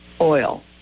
oil